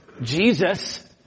Jesus